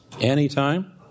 anytime